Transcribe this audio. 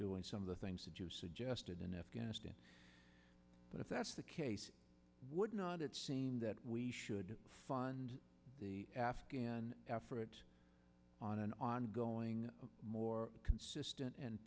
doing some of the things that you've suggested in afghanistan but if that's the case would not it seem that we should fund the afghan effort on an ongoing more consistent and